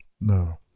No